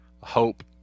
hope